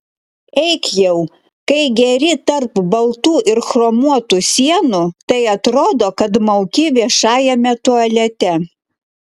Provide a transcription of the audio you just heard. eik jau kai geri tarp baltų ir chromuotų sienų tai atrodo kad mauki viešajame tualete